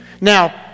Now